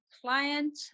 client